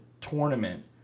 tournament